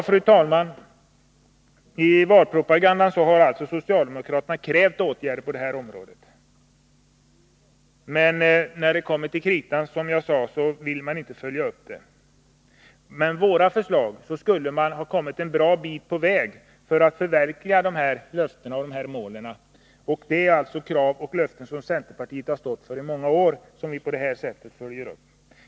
Fru talman! I valpropagandan har alltså socialdemokraterna krävt åtgärder för utveckling inom Norrbottens län på detta område, men när det kommer till kritan vill de inte stå för vad de har sagt. Med våra förslag skulle man ha kommit en bra bit på väg mot förverkligandet av löftena och målen. Här rör det sig om centerpartistiska krav och löften som är flera år gamla och som vi på det här sättet följer upp. Fru talman!